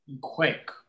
quick